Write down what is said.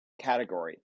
category